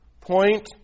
point